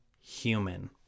human